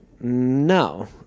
no